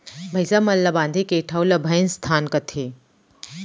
भईंसा मन ल बांधे के ठउर ल भइंसथान कथें